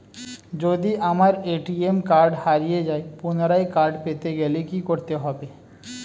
যদি আমার ATM card হারিয়ে যায় পুনরায় কার্ড পেতে গেলে কি করতে হবে?